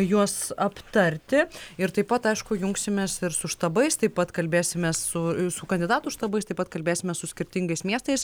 juos aptarti ir taip pat aišku jungsimės ir su štabais taip pat kalbėsimės su su kandidatų štabais taip pat kalbėsime su skirtingais miestais